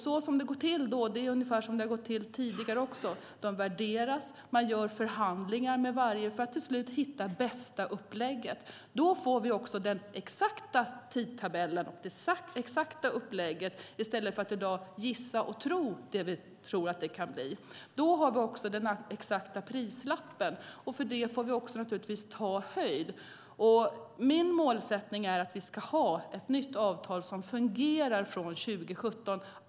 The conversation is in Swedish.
Då går det till på ungefär samma sätt som tidigare, nämligen att de värderas och man har förhandlingar med var och en för att slutligen hitta det bästa upplägget. Då får vi också den exakta tidtabellen och det exakta upplägget i stället för att som i dag gissa och tro vad det kan bli. Dessutom har vi då den exakta prislappen, och för det får vi naturligtvis ta höjd. Min målsättning är att vi ska ha ett nytt avtal som fungerar från 2017.